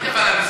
הכנתי.